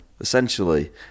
essentially